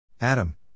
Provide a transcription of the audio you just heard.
Adam